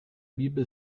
bibel